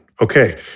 Okay